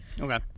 Okay